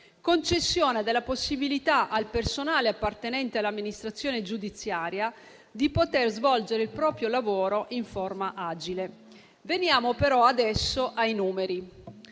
concessione della possibilità al personale appartenente all'amministrazione giudiziaria di poter svolgere il proprio lavoro in forma agile. Veniamo però adesso ai numeri: